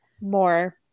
more